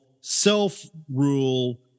self-rule